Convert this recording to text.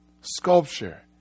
sculpture